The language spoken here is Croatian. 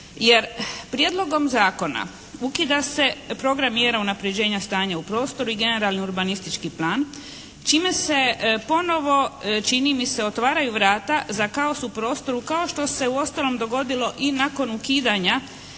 Jer prijedlogom zakona ukida se program mjera unapređenja stanja u prostoru i generalni urbanistički plan čime se ponovo čini mi se otvaraju vrata za kaos u prostoru kao što se uostalom dogodilo i nakon ukidanja